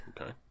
Okay